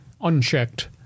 unchecked